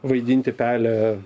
vaidinti pelę